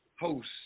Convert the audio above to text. host